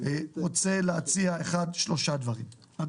אני רוצה להציע שלושה דברים: א',